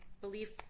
belief